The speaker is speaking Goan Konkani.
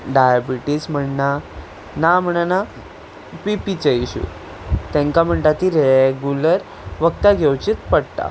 डायबिटीज म्हणना ना म्हणना बी पी चे इश्यू तांकां म्हणटा तीं रेगुलर वखदां घेवचींच पडटा